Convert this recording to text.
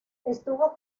estuvo